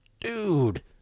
dude